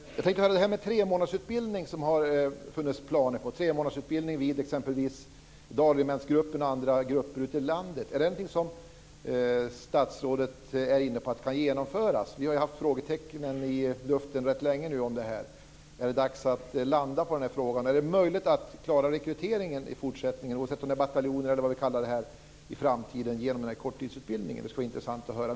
Det har funnits planer på en tremånadersutbildning vid exempelvis Dalregementsgruppen och andra grupper ute i landet. Är det något som statsrådet är inne på kan genomföras? Vi har ju haft frågetecken i luften rätt länge om det här. Är det dags att landa i den här frågan? Är det möjligt att klara rekryteringen i framtiden, oavsett om det är bataljoner eller vad vi kallar det för, genom den här korttidsutbildningen. Det skulle vara intressant att höra.